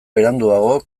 beranduago